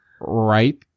right